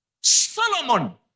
Solomon